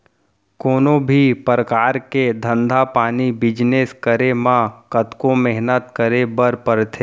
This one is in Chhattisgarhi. कोनों भी परकार के धंधा पानी बिजनेस करे म कतको मेहनत करे बर परथे